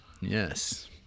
Yes